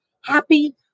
happy